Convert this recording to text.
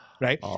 right